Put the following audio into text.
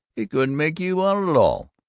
he couldn't make you out at all!